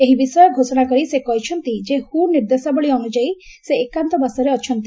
ଏହି ବିଷୟ ଘୋଷଣା କରି ସେ କହିଛନ୍ତି ଯେ 'ହୁ'ନିର୍ଦ୍ଦେଶାବଳୀ ଅନୁଯାୟୀ ସେ ଏକାନ୍ତବାସରେ ଅଛନ୍ତି